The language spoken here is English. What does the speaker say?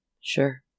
Sure